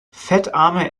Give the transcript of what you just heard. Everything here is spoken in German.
fettarme